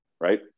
right